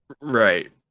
Right